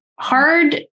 hard